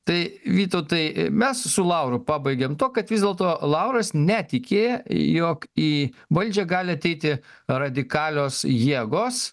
tai vytautai mes su lauru pabaigėm tuo kad vis dėlto lauras netiki jog į valdžią gali ateiti radikalios jėgos